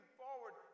forward